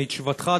מתשובתך,